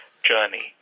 journey